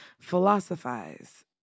philosophize